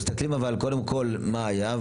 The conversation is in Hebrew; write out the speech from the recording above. מסתכלים אבל קודם כל מה היה.